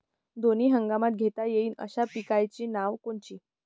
दोनी हंगामात घेता येईन अशा पिकाइची नावं कोनची?